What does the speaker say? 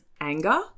anger